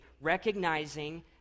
recognizing